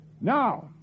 Now